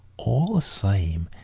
all the same,